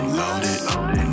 loaded